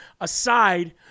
aside